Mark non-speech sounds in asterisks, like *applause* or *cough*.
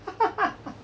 *laughs*